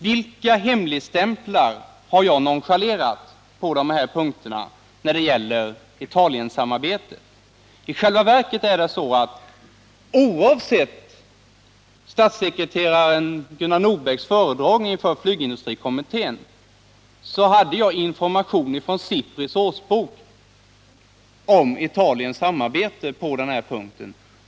Vilka hemligstämplar har jag nonchalerat på de här punkterna när det gäller Italiensamarbete? I själva verket hade jag, oavsett statssekreteraren Gunnar Nordbecks föredragning inför flygindustrikommittén, information från SIPRI:s årsbok om samarbete med Italien.